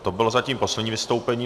To bylo zatím poslední vystoupení.